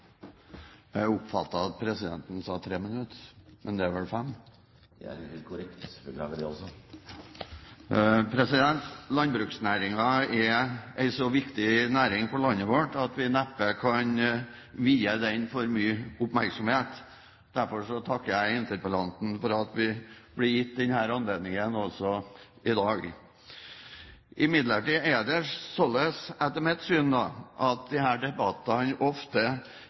jeg er overbevist om at det fremdeles er et stort og uforløst potensial på det området. Landbruksnæringen er en så viktig næring for landet vårt at vi neppe kan vie den for mye oppmerksomhet. Derfor takker jeg interpellanten for at vi blir gitt denne anledningen også i dag. Imidlertid er det slik etter mitt syn at disse debattene ofte